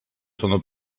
sono